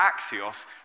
axios